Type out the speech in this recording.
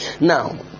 Now